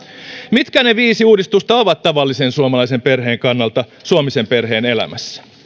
mitkä ne viisi uudistusta ovat tavallisen suomalaisen perheen kannalta suomisen perheen elämässä